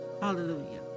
Hallelujah